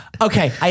okay